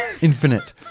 Infinite